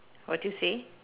what you say